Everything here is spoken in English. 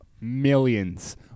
Millions